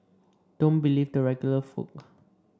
don't believe the regular folk